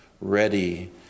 Ready